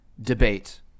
debate